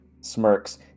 smirks